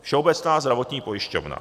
Všeobecná zdravotní pojišťovna.